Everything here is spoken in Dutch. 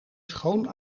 schoon